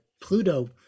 Pluto